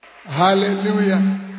Hallelujah